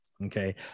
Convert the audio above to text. Okay